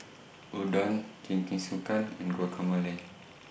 Udon Jingisukan and Guacamole